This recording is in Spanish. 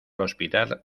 hospital